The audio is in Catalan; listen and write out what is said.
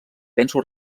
penso